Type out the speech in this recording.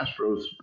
Astros